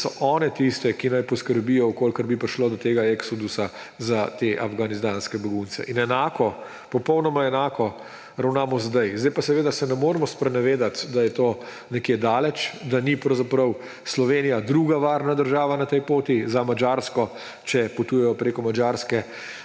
so one tiste, ki naj poskrbijo, v kolikor bi prišlo do tega eksodusa, za te afganistanske begunce. In enako, popolnoma enako ravnamo zdaj. Zdaj pa seveda se ne moremo sprenevedati, da je to nekje daleč, da ni pravzaprav Slovenija druga varna država na tej poti za Madžarsko – če potujejo preko Madžarske